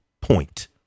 point